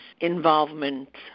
involvement